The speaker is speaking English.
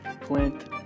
Clint